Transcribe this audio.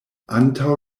antaŭ